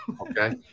Okay